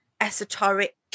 esoteric